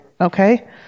Okay